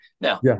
Now